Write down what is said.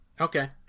Okay